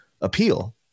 appeal